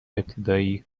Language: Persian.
ابتدایی